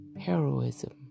heroism